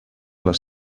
les